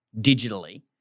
digitally